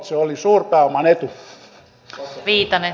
se oli suurpääoman etu